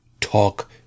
Talk